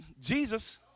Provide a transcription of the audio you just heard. Jesus